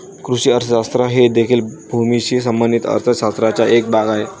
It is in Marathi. कृषी अर्थशास्त्र हे देखील भूमीशी संबंधित अर्थ शास्त्राचा एक भाग आहे